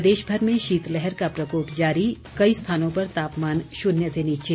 प्रदेश भर में शीतलहर का प्रकोप जारी कई स्थानों पर तापमान शून्य से नीचे